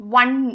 one